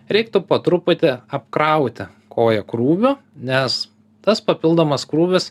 reiktų po truputį apkrauti koją krūviu nes tas papildomas krūvis